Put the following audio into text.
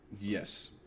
Yes